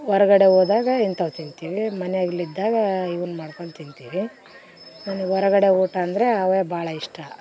ಹೊರ್ಗಡೆ ಹೋದಾಗ ಇಂಥವ್ ತಿಂತೀವಿ ಮನೆಯಲ್ಲಿದ್ದಾಗ ಇವುನ್ನ ಮಾಡ್ಕೊಂಡು ತಿಂತೀವಿ ನನಗೆ ಹೊರಗಡೆ ಊಟಂದರೆ ಅವೇ ಭಾಳ ಇಷ್ಟ